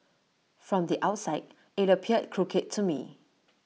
from the outside IT appeared crooked to me